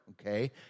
okay